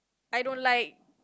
I don't like